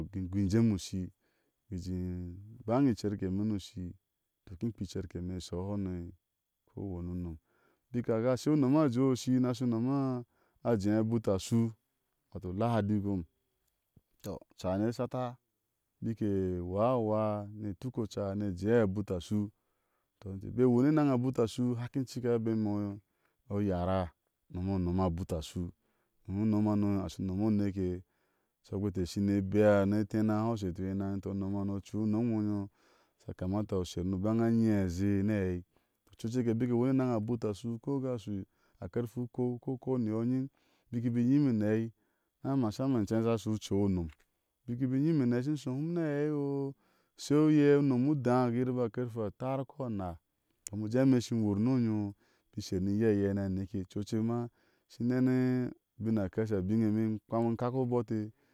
Kin i gui in jéme ushii. bik in jéé baŋa icerke ime ni u shii ime kin in kpea icerke ineshɔuhɔnɔi kɔ wani unom. bik a ka sheu unoma bwa a shu wato u lahadi komi tɔoca ni e shata bik ke u waa a waa nike tuk oca ni ke jeyi abuta ashui. tɔ nite bik e uurinia enaŋa a buta ashui, ihaki incika abemime o yaráá unom o unom a bula ashu. domin unom hano ashu unom oneke, shɔuckpe mite ke shine ebera, keni tena, uhaŋshe ti iŋo eneŋ nyiŋ t- unom hano, unom ino nyom sha aka mata usher ni uban a nyiea azie ni aɛi. ocu o ocek ke bik e wur ni enɛŋa a buta ashu a karfe ukou kɔ ukou ni yɔ anyiŋ bik ime bai inyime ni a aei a masama inceŋsha shɔ oui unom, bik ime bai nyime ni a aɛo iki shɔ hum ni aɛi no sheu uyɛ unome u dáán shɔuckpe bi a kaŋfe a tar kɔanáá kami jé imeishi wur ni onyɔ i biki isher ni iyɛi iyɛi ni aneke ocuocek ma, ishi nɛne u bin a keshe abin ime ikpami kakɔ obɔɔte